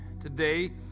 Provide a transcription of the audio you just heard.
today